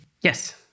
Yes